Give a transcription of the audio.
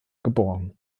geb